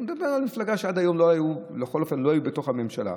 הוא מדבר על מפלגות שעד היום בכל אופן לא היו בתוך הממשלה,